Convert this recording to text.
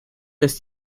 ist